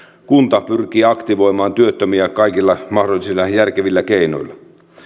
kunta pyrkii aktivoimaan työttömiä kaikilla mahdollisilla järkevillä keinoilla